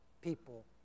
people